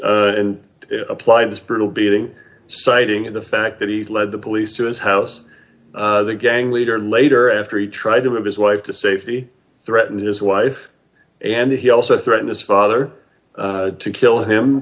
people and apply this brutal beating citing and the fact that he led the police to his house the gang leader later after he tried to move his wife to safety threatened his wife and he also threatened his father to kill him